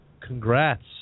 Congrats